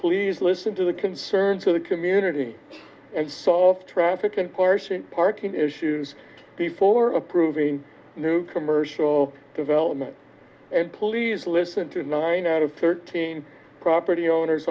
please listen to the concerns of the community and solve traffic and portion parking issues before approving new commercial development and please listen to nine out of thirteen property owners